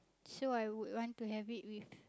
so I would want to have it with